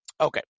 Okay